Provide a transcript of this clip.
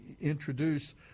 introduce